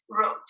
road